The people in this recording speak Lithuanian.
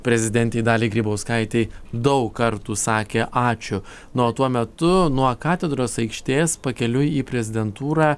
prezidentei daliai grybauskaitei daug kartų sakė ačiū na o tuo metu nuo katedros aikštės pakeliui į prezidentūrą